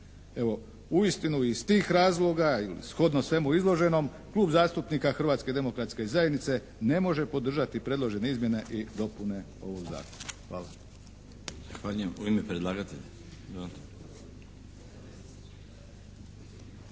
Evo uistinu iz tih razloga ili shodno svemu izloženom Klub zastupnika Hrvatske demokratske zajednice ne može podržati predložene izmjene i dopune ovog zakona. Hvala. **Milinović,